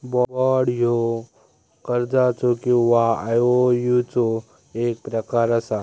bond ह्यो कर्जाचो किंवा आयओयूचो एक प्रकार असा